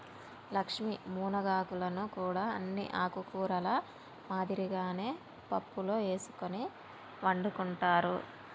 లక్ష్మీ మునగాకులను కూడా అన్ని ఆకుకూరల మాదిరిగానే పప్పులో ఎసుకొని వండుకుంటారు